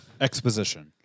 Exposition